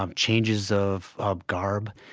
um changes of ah garb,